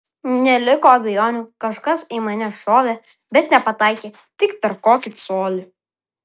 neliko abejonių kažkas į mane šovė bet nepataikė tik per kokį colį